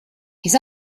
his